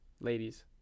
Ladies